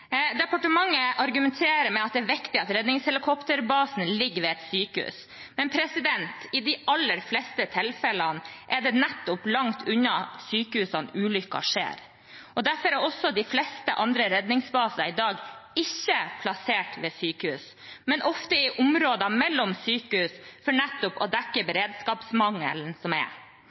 Departementet argumenterer med at det er viktig at redningshelikopterbasen ligger ved et sykehus. Men i de aller fleste tilfellene er det nettopp langt unna sykehusene ulykker skjer. Derfor er de fleste andre redningsbasene i dag ikke plassert ved sykehus, men ofte i områder mellom sykehus nettopp for å dekke beredskapsmangelen som er.